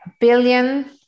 billion